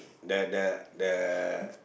the the the